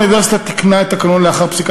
האוניברסיטה תיקנה את התקנון לאחר פסיקת